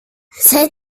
saya